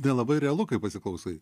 nelabai realu kai pasiklausai